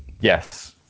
Yes